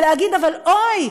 ולהגיד: אבל אוי,